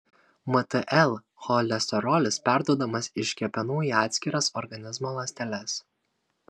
mtl cholesterolis perduodamas iš kepenų į atskiras organizmo ląsteles